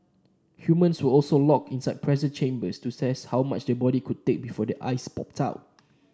humans were also locked inside pressure chambers to test how much the body could take before their eyes popped out